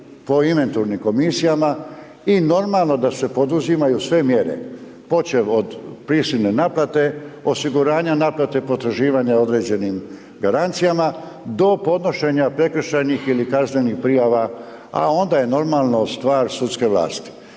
po inventurnim komisijama i normalno da se poduzimaju sve mjere počev od prisilne naplate, osiguranja naplate potraživanja određenim garancijama do podnošenja prekršajnih ili kaznenih prijava, a onda je normalno stvar sudske vlasti.